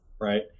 right